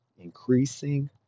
increasing